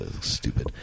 stupid